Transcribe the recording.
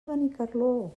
benicarló